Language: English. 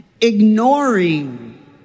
ignoring